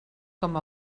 com